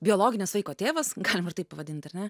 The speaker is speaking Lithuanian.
biologinis vaiko tėvas galima ir taip pavadint ar ne